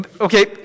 Okay